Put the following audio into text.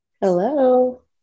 Hello